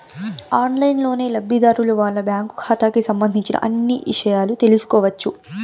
ఆన్లైన్లోనే లబ్ధిదారులు వాళ్ళ బ్యాంకు ఖాతాకి సంబంధించిన అన్ని ఇషయాలు తెలుసుకోవచ్చు